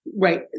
Right